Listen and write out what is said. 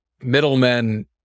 middlemen